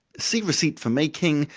see receipt for making,